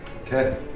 Okay